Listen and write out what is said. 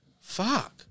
Fuck